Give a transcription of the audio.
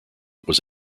was